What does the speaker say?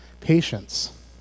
patience